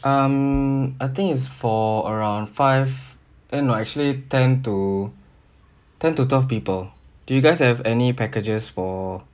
um I think is for around five eh no actually ten to ten to twelve people do you guys have any packages for